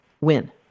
win